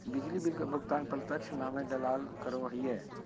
बिजली बिल के भुगतान प्रत्यक्ष नामे डालाल करो हिय